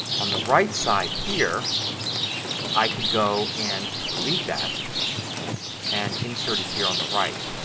on the right side here i can go and delete that and insert it here on the right.